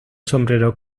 sombrero